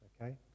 Okay